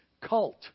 cult